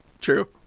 True